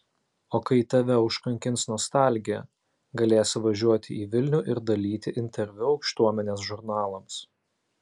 o kai tave užkankins nostalgija galėsi važiuoti į vilnių ir dalyti interviu aukštuomenės žurnalams